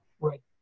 Right